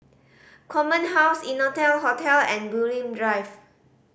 Command House Innotel Hotel and Bulim Drive